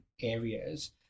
areas